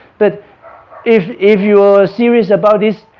but if if you are ah serious about this